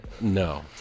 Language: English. no